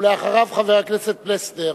אחריו, חבר הכנסת פלסנר.